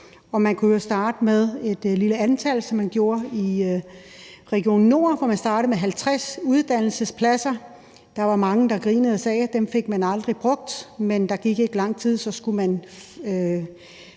man kunne jo starte med et lille antal, som de gjorde i Region Nordjylland, hvor de startede med 50 uddannelsespladser. Der var mange, der grinede og sagde, at dem fik man aldrig brugt, men der gik ikke lang tid, før man